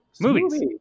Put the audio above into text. movies